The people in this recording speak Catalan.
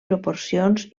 proporcions